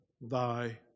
thy